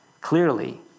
clearly